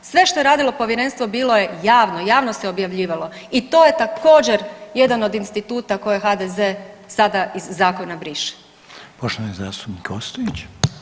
Sve što je radilo povjerenstvo bilo je javno, javno se objavljivalo i to je također jedan od instituta koje HDZ sada iz zakona briše.